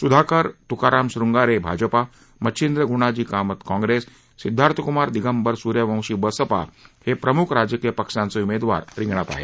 सुधाकर तुकाराम श्रृंगारे भाजपा मच्छिंद्र ग्णाजी कामंत काँग्रेस सिध्दार्थक्मार दिगंबर सूर्यवंशी बसपा हे प्रम्ख राजकीय पक्षांचे उमेदवार रिंगणात आहेत